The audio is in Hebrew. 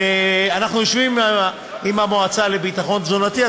ואנחנו יושבים עם המועצה לביטחון תזונתי.